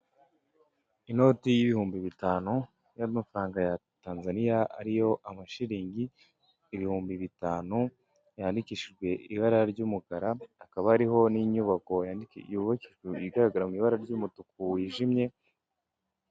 Inoti y'ibihumbi bitanu y'amafaranga ya Tanzaniya ariyo amashiringi, ibihumbi bitanu yandikishijwe ibara ry'umukara hakaba hariho n'inyubako igaragara mu ibara ry'umutuku wijimye.